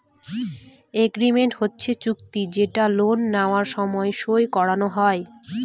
agreement হচ্ছে চুক্তি যেটা লোন নেওয়ার সময় সই করানো হয়